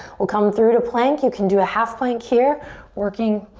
we'll come through to plank. you can do a half plank here working,